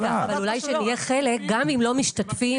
אבל אולי שנהיה חלק גם אם לא משתתפים.